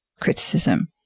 criticism